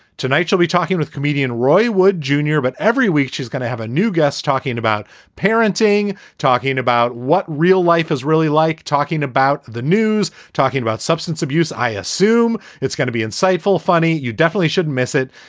tonight, we'll be talking with comedian roy wood junior. but every week, she's going to have a new guest talking about parenting, talking about what real life is really like, talking about the news, talking about substance abuse. i assume it's going to be insightful. funny. you definitely should miss it.